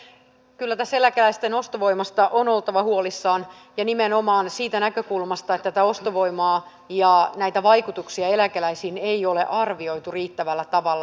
kyllä tässä eläkeläisten ostovoimasta on oltava huolissaan ja nimenomaan siitä näkökulmasta että tätä ostovoimaa ja näitä vaikutuksia eläkeläisiin ei ole arvioitu riittävällä tavalla